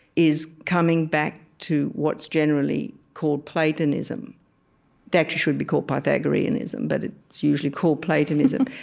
is coming back to what's generally called platonism that should be called pythagoreanism, but it's usually called platonism.